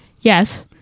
Yes